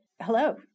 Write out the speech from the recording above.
Hello